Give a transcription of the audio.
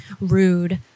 rude